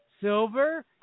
Silver